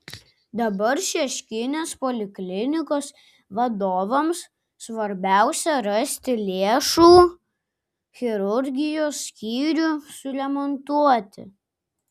dabar šeškinės poliklinikos vadovams svarbiausia rasti lėšų chirurgijos skyrių suremontuoti